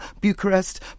bucharest